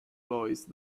lois